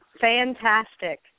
Fantastic